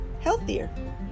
healthier